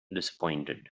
disappointed